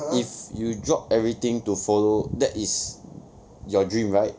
if you drop everything to follow that is your dream right